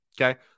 Okay